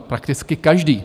Prakticky každý.